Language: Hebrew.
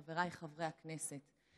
חבריי חברי הכנסת,